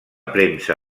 premsa